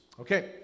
Okay